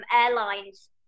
airlines